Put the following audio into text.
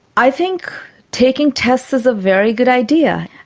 i think taking tests is a very good idea,